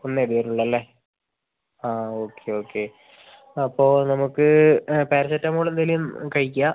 ഒന്നേ എടുത്തിട്ടുള്ളു അല്ലേ ആ ഓക്കെ ഓക്കെ അപ്പോൾ നമുക്ക് പാരസെറ്റാമോള് എന്തേലും കഴിക്കാം